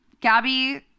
Gabby